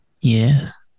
Yes